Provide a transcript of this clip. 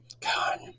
God